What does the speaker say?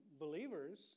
believers